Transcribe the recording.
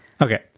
Okay